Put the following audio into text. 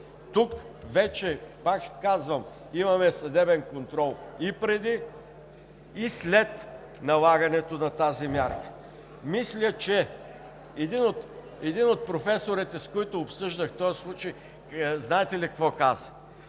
Тук вече, пак казвам, имаме съдебен контрол и преди и след налагането на тази мярка. Един от професорите, с който обсъждах този случай, знаете ли какво каза?